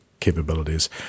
capabilities